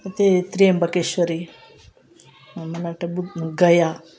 అయితే త్రయంబకం మన టెంపుల్ గయా